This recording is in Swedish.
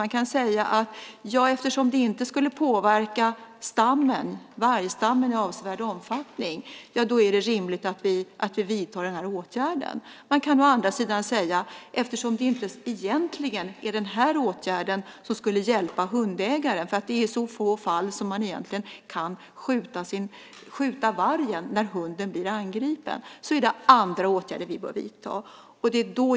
Man kan säga att om det inte skulle påverka vargstammen i avsevärd omfattning är det rimligt att vi vidtar denna åtgärd. Men å andra sidan kan man också säga att eftersom det inte är denna åtgärd som skulle hjälpa hundägarna - det är ändå i mycket få fall man kan skjuta vargen när hunden blir angripen - är det andra åtgärder som bör vidtas.